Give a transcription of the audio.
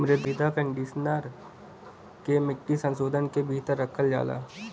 मृदा कंडीशनर के मिट्टी संशोधन के भीतर रखल जाला